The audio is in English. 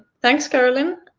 thanks, carolyn.